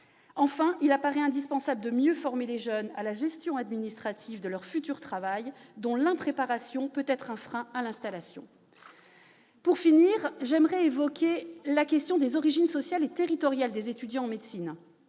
il paraît indispensable de mieux former les jeunes à la gestion administrative de leur futur travail, car leur impréparation peut être un frein à l'installation. Pour finir, j'aborderai la question des origines sociales et territoriales des étudiants en médecine.